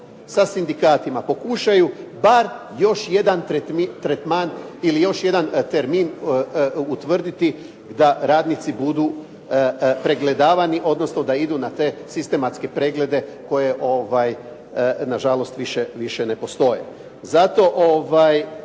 sa sindikatima po kušaju bar još jedan tretman ili još jedan termin utvrditi da radnici budu pregledavani, odnosno da idu na te sistematske preglede koje nažalost više ne postoje. Zato